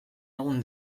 egun